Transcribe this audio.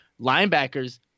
linebackers